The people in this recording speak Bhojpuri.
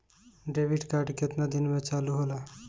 डेबिट कार्ड केतना दिन में चालु होला?